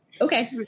okay